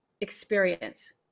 experience